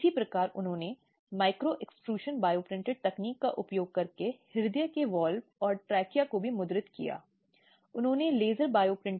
इसमें घरेलू संपत्ति का निपटान या चल या अचल संपत्तियों को अलग करना भी शामिल हो सकता है